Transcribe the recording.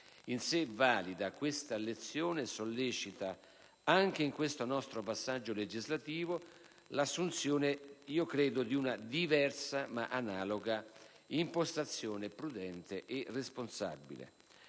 In sé valida, questa lezione sollecita, anche in questo nostro passaggio legislativo, l'assunzione di una diversa ma analoga impostazione prudente e responsabile.